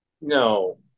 No